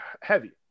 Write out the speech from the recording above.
heavy